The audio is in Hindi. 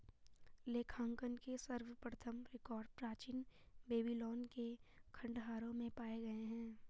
लेखांकन के सर्वप्रथम रिकॉर्ड प्राचीन बेबीलोन के खंडहरों में पाए गए हैं